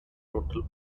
total